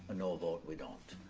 a no vote we don't.